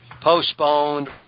postponed